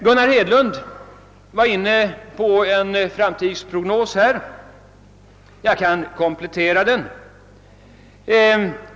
Herr Hedlund gav en långtidsprognos; jag kan komplettera den.